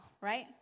right